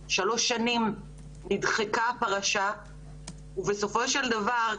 במשך שלוש שנים נדחקה הפרשה ובסופו של דבר,